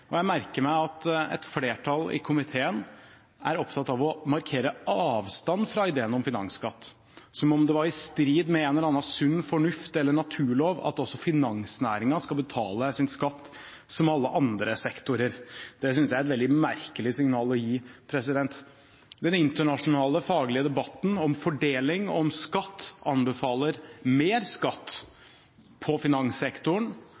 Jeg merker meg at et flertall i komiteen er opptatt av å markere avstand fra ideen om finansskatt, som om det var i strid med en eller annen sunn fornuft eller naturlov at også finansnæringen skal betale sin skatt – som alle andre sektorer. Det synes jeg er et veldig merkelig signal å gi. Den internasjonale faglige debatten om fordeling og om skatt anbefaler mer skatt på finanssektoren